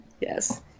yes